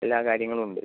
എല്ലാ കാര്യങ്ങളും ഉണ്ട്